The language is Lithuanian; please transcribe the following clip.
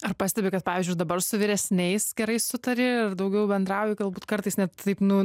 ar pastebi kad pavyzdžiui dabar su vyresniais gerai sutari ir daugiau bendrauji galbūt kartais net taip nu